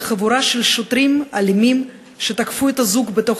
וחבורה של שוטרים אלימים שתקפו את הזוג בתוך